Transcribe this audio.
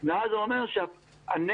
וכפי שנאמר פה,